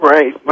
Right